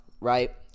Right